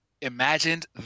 imagined